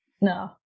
No